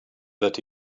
that